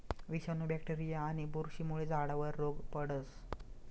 विषाणू, बॅक्टेरीया आणि बुरशीमुळे झाडावर रोग पडस